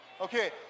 Okay